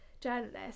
journalists